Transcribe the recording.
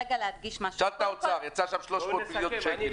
תשאל את האוצר, יצאו שם 300 מיליון שקל.